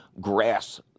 grass